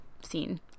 scene